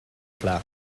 clar